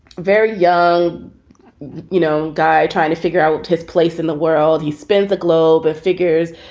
very young you know, guy trying to figure out his place in the world. you spend the globe figures,